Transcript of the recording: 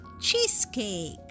cheesecake